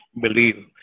Believe